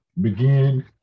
begin